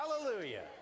Hallelujah